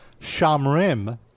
Shamrim